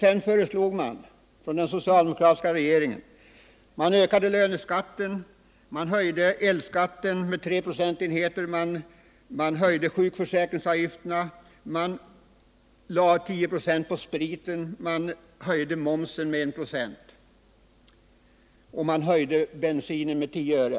Därför ökade man löneskatten, höjde elskatten med 3 procentenheter, höjde sjukförsäkringsavgifterna, lade 10 96 på spriten, höjde momsen med 1 96 och höjde bensinskatten med 10 öre.